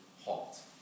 halt